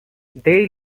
they